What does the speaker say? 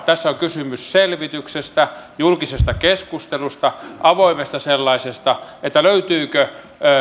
tässä on kysymys selvityksestä julkisesta keskustelusta avoimesta sellaisesta että löytyykö